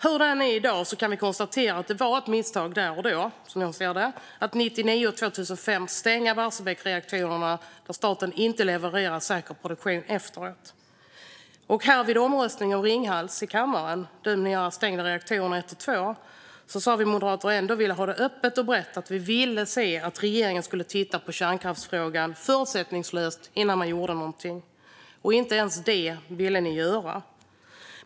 Hur det än är i dag kan vi konstatera att det var ett misstag där och då, som jag ser det, att 1999 och 2005 stänga Barsebäckreaktorerna, då staten inte levererat säker produktion efteråt. Vid omröstningen i kammaren om att stänga reaktorerna Ringhals 1 och 2 sa vi moderater att vi ändå ville ha det öppet och brett och att regeringen skulle titta på kärnkraftsfrågan förutsättningslöst innan man gjorde någonting. Inte ens det ville ni göra.